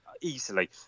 easily